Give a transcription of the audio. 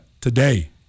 today